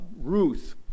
Ruth